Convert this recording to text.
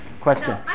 question